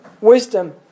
wisdom